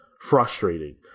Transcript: frustrating